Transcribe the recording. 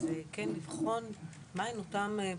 זה כן לבחון מהן אותן פרוצדורות,